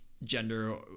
gender